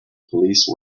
police